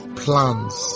plans